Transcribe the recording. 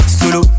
solo